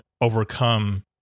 overcome